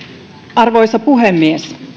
arvoisa puhemies